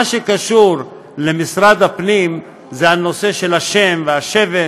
מה שקשור למשרד הפנים זה נושא השם והשבט,